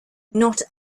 not